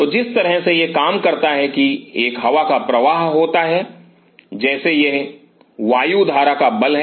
तो जिस तरह से यह काम करता है कि एक हवा का प्रवाह होता है जैसे यह वायु धारा का बल है